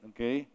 Okay